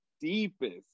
deepest